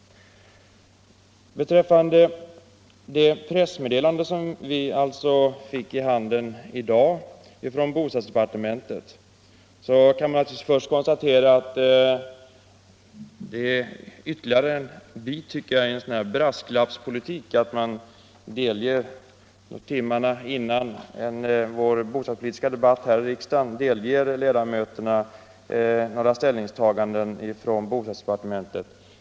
Beträffande det pressmeddelande från bostadsdepartementet, som vi alltså fick i handen i dag, kan man naturligtvis först konstatera att det verkar vara ytterligare en bit av en brasklappspolitik att timmarna före vår bostadspolitiska debatt delge ledamöterna några ställningstaganden från bostadsdepartementet.